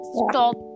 stop